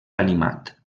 animat